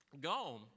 gone